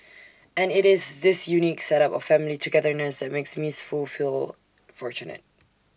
and IT is this unique set up of family togetherness that makes miss Foo feel fortunate